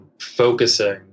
focusing